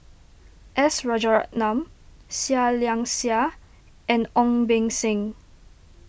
S Rajaratnam Seah Liang Seah and Ong Beng Seng